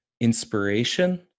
inspiration